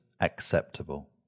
acceptable